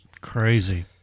Crazy